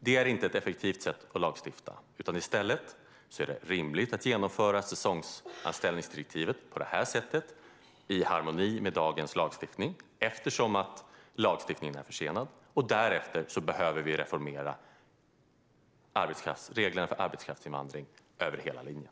Det är inte ett effektivt sätt att lagstifta. I stället är det rimligt att genomföra säsongsanställningsdirektivet på det här sättet i harmoni med dagens lagstiftning eftersom lagstiftningen är försenad. Därefter behöver vi reformera reglerna för arbetskraftsinvandring över hela linjen.